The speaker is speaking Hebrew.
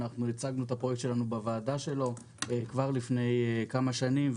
אנחנו הצגנו את הפרויקט שלנו בוועדה שלו כבר לפני כמה שנים,